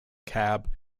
cab